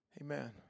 amen